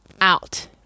out